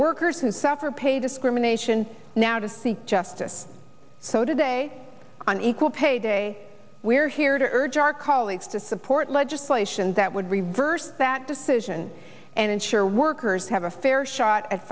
workers who suffer pay discrimination now to seek justice so today on equal pay day we're here to urge our colleagues to support legislation that would reverse that decision and ensure workers have a fair shot at